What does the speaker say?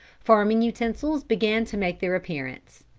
farming utensils began to make their appearance.